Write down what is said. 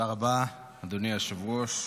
תודה רבה, אדוני היושב-ראש.